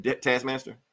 Taskmaster